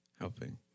Helping